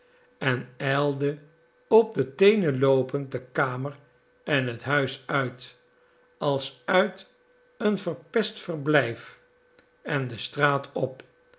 en ijlde op de teenen loopend de kamer en het huis uit als uit een verpest verblijf en de straat op